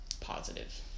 positive